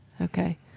Okay